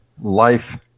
life